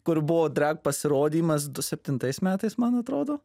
kur buvo drag pasirodymas du septintais metais man atrodo